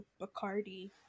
Bacardi